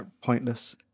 pointless